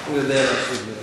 הוא יודע להשיב לבד.